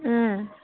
ꯎꯝ